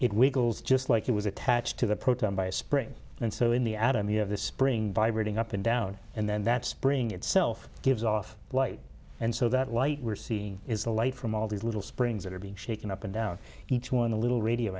wiggles just like it was attached to the proton by a spring and so in the atom you have the spring vibrating up and down and then that spring itself gives off light and so that light we're seeing is the light from all these little springs that are being shaken up and down each one the little radio